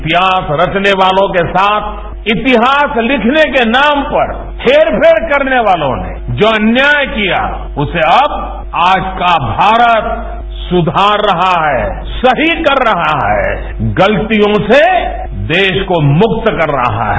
इतिहास रवने वालों के साथ इतिहास लिखने के नाम पर हेरफेर करने वालों ने जो अन्याय किया उसे अब आज का भारत सुधार रहा है सही कर रहा है गलतियों से देश को मुक्त कर रहा है